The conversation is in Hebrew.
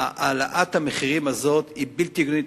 העלאת המחירים הזאת היא בלתי הגיונית.